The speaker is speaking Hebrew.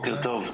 בוקר טוב.